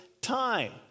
time